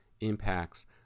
impacts